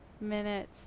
minutes